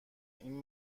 این